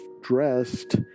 dressed